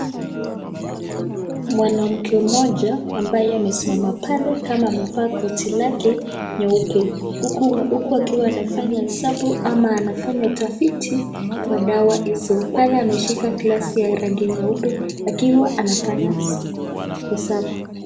Mwanamke mmoja ambaye amesimama pale kama amevaa koti lake nyeupe huku akiwa anafanya hesabu ama anafanya utafiti kwa dawa hizo. Pale ameshika glasi ya rangi nyeupe akiwa anafanya hesabu.